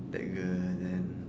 like the then